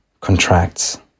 contracts